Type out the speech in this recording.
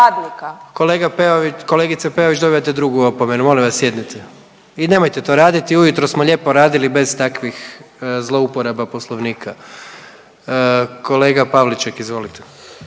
Kolegice Peović dobivate drugu opomenu. Molim vas sjednite. I nemojte to raditi. Ujutro smo lijepo radili bez takvih zlouporaba Poslovnika. Kolega Pavliček izvolite.